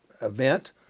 event